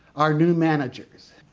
our new managers.